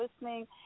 listening